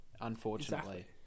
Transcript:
unfortunately